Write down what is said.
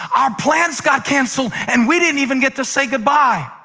our plans got canceled and we didn't even get to say goodbye.